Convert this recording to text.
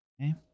Okay